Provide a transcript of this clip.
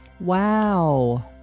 Wow